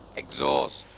exhaust